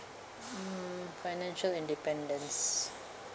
mm financial independence